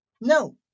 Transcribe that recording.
No